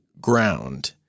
ground